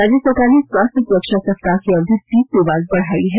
राज्य सरकार ने स्वास्थ्य सुरक्षा सप्ताह की अवधि तीसरी बार बढ़ायी है